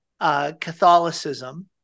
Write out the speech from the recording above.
Catholicism